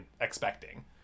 expecting